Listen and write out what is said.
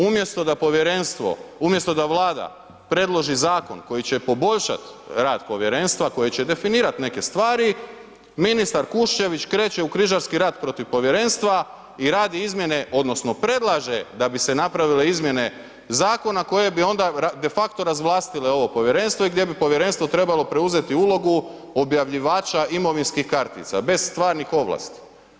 Umjesto da povjerenstvo, umjesto da Vlada predloži zakon koji će poboljšat rad povjerenstva, koji će definirat neke stvari, ministar Kuščević kreće u križarski rat protiv povjerenstva i radi izmjene odnosno predlaže da bi se napravile izmjene zakona koje bi onda defakto razvlastile ovo povjerenstvo i gdje bi povjerenstvo trebalo preuzeti ulogu objavljivača imovinskih kartica bez stvarnih ovlasti.